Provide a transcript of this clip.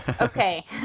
Okay